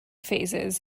phases